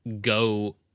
go